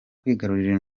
kwigarurira